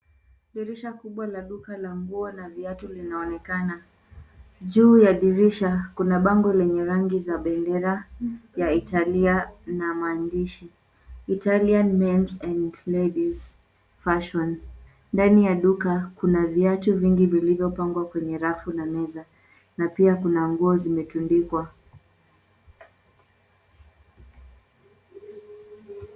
Dirisha kubwa la duka la nguo na viatu linaonekana. Juu ya dirisha kuna bango lenye rangi za bendera ya Italia na maandishi Italian mens and ladies fashion . Ndani ya duka kuna viatu vingi vilivyopangwa kwenye rafu na meza na pia kuna nguo zimetundikwa.